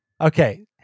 Okay